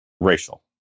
racial